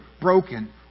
broken